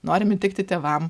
norim įtikti tėvam